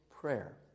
prayer